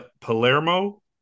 Palermo